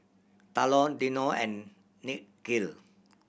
Talon Dino and Nikhil